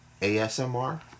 ASMR